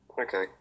Okay